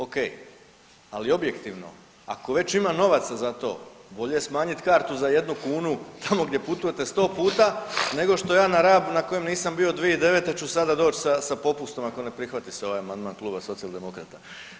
Ok, ali objektivno ako već ima novaca za to bolje smanjit kartu za 1 kunu tamo gdje putujete 100 puta nego što ja na Rab na kojem nisam od 2009. ću sada doći sa popustom ako ne prihvati se ovaj amandman Kluba Socijaldemokrata.